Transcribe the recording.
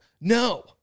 no